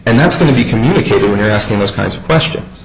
and that's going to be communicated when you're asking those kinds of questions